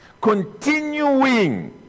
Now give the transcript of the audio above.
continuing